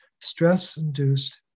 stress-induced